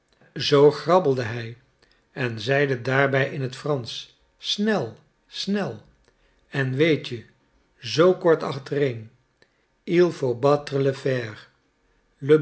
zoo grabbelde hij en zeide daarbij in het fransch snel snel en weet je zoo kort achtereen